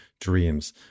dreams